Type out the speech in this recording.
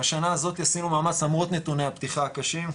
בשנה הזאת עשינו מאמץ למרות נתוני הפתיחה הקשים.